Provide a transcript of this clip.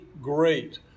great